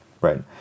Right